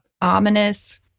ominous